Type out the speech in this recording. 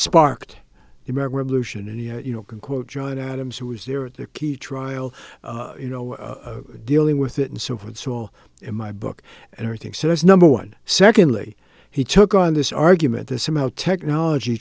american revolution and you know can quote john adams who was there at the key trial you know dealing with it and so it's all in my book and everything so that's number one secondly he took on this argument that somehow technology